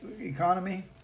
economy